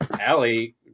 Allie